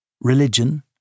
Religion